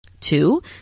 Two